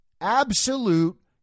absolute